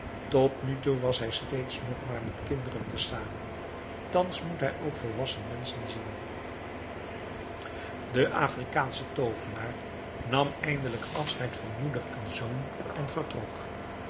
tot nu toe was hij steeds nog maar met kinderen te zamen thans moet hij ook volwassen menschen zien de afrikaansche toovenaar nam eindelijk afscheid van moeder en zoon en vertrok